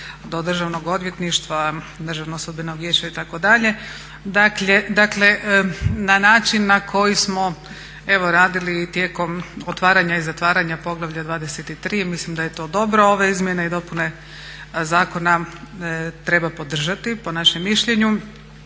Državno odvjetništva, Državnog sudbenog vijeća itd. dakle na način na koji smo radili tijekom otvaranja i zatvaranja poglavlja 23. Mislim da je to dobro ove izmjene i dopune zakona treba podržati po našem mišljenju.